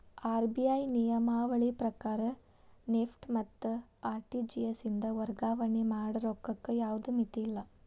RBI ನಿಯಮಾವಳಿ ಪ್ರಕಾರ NEFT ಮತ್ತ ಆರ್.ಟಿ.ಜಿ.ಎಸ್ ಇಂದ ವರ್ಗಾವಣೆ ಮಾಡ ರೊಕ್ಕಕ್ಕ ಯಾವ್ದ್ ಮಿತಿಯಿಲ್ಲ